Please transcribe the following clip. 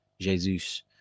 Jesus